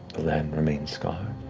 land remains scarred.